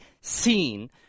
seen